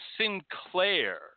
Sinclair